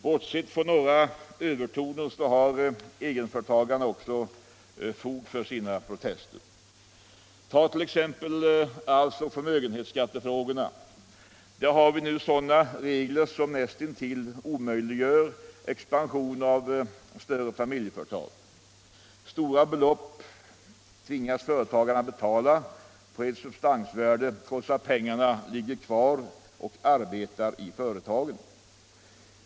Bortsett från några övertoner så har egenföretagarna också fog för sina protester. Ta t.ex. arvsoch förmögenhetsskattefrågorna. Där har vi nu sådana regler som näst intill omöjliggör expansion av större familjeföretag. Stora belopp tvingas företagarna betala på ett substansvärde trots att pengarna ligger kvar och arbetar i företagen.